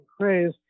craze